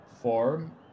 form